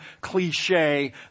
cliche